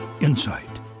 insight